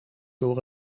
door